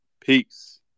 Peace